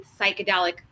psychedelic